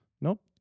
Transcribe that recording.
nope